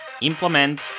implement